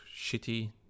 shitty